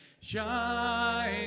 Shine